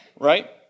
Right